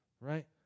right